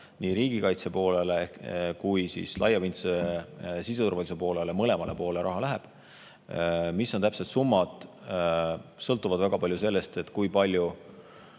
nii riigikaitse poolele kui laiapindse siseturvalisuse poolele – mõlemale poolele raha läheb. Mis on täpsed summad, see sõltub väga palju sellest, kui palju